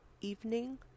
evening